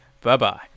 bye-bye